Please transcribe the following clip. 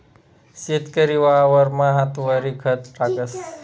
शेतकरी वावरमा हातवरी खत टाकस